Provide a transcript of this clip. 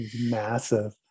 massive